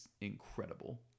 incredible